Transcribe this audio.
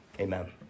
amen